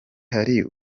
hari